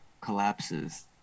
collapses